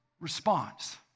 response